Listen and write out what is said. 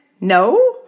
No